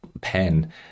pen